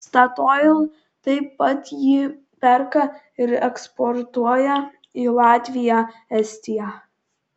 statoil taip pat jį perka ir eksportuoja į latviją estiją